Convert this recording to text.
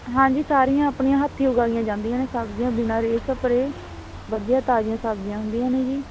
ਹਾਂਜੀ ਸਾਰੀਆਂ ਆਪਣੀਆਂ ਹੱਥੀਂ ਉਗਾਈਆਂ ਜਾਂਦੀਆਂ ਨੇ ਸਬਜ਼ੀਆਂ ਬਿਨਾਂ ਰੇਹ ਸਪਰੇਅ ਵਧੀਆ ਤਾਜ਼ੀਆਂ ਸਬਜ਼ੀਆਂ ਹੁੰਦੀਆਂ ਨੇ ਜੀ